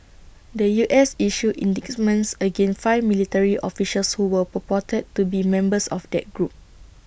the U S issued indictments against five military officials who were purported to be members of that group